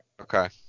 okay